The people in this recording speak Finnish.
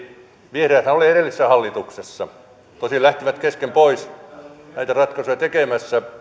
vihreäthän olivat edellisessä hallituksessa tosin lähtivät kesken pois näitä ratkaisuja tekemässä